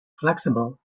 flexible